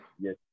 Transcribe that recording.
Yes